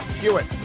Hewitt